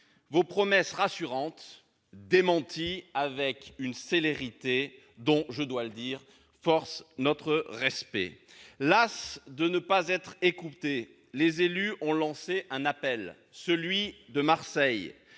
vos promesses rassurantes, démenties avec une célérité qui, je dois le dire, force le respect. Las de ne pas être écoutés, les élus ont lancé un appel, celui de Marseille,